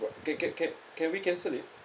what can can can can we cancel it